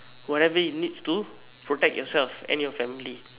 whatever it needs to protect yourself and your family